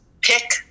pick